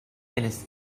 minutes